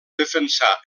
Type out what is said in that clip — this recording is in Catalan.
defensà